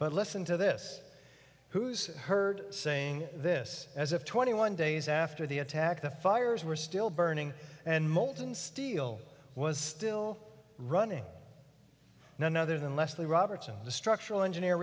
but listen to this who's heard saying this as a twenty one days after the attack the fires were still burning and molten steel was still running none other than leslie robertson the structural engineer